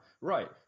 Right